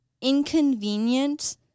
inconvenient